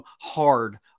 hard